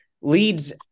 leads